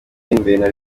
y’imbere